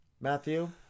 Matthew